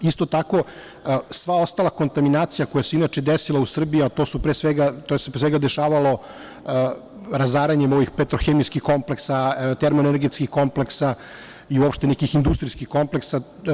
Isto tako, sva ostala kontaminacija koja se inače desila u Srbiji, a to se pre svega dešavalo razaranjem ovih petrohemijskih kompleksa, termoenergetskih kompleksa i uopšte nekih industrijskih kompleksa.